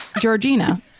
Georgina